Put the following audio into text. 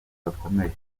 gakomeye